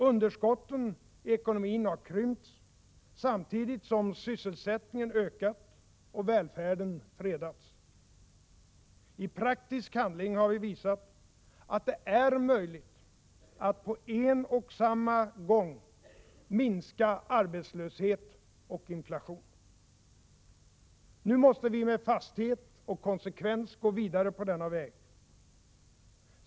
Underskotten i ekonomin har krympts, samtidigt som sysselsättningen ökat och välfärden fredats. I praktisk handling har vi visat att det är möjligt att på en och samma gång minska arbetslöshet och inflation. Nu måste vi med fasthet och konsekvens gå vidare på denna väg.